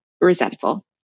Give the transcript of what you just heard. resentful